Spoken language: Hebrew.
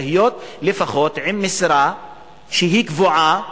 להיות לפחות עם משרה שהיא קבועה וממומנת.